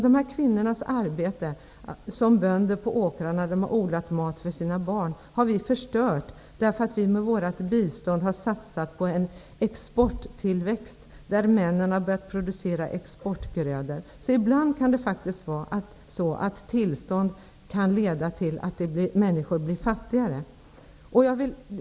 Dessa kvinnors arbete -- de arbetar som bönder på åkrarna och odlar mat för sina barn -- har vi förstört därför att vi med vårt bistånd har satsat på en exporttillväxt där männen har börjat producera exportgrödor. Ibland kan vårt bistånd leda till att människor blir fattigare.